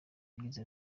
yagize